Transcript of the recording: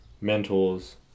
mentors